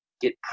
get